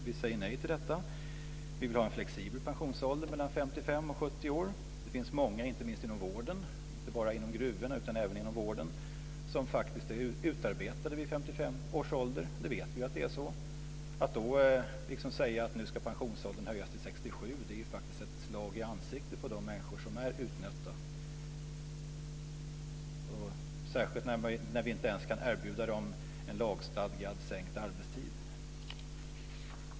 Vi säger nej till detta. Vi vill ha en flexibel pensionsålder mellan 55 och 70 år. Det finns många - inte minst inom vården och inte bara i gruvorna - som faktiskt är utarbetade vid 55 års ålder. Vi vet att det är så. Att då säga att pensionsåldern ska höjas till 67 år är ett slag i ansiktet på de människor som är utnötta - särskilt när vi inte ens kan erbjuda dem en lagstadgad, sänkt arbetstid.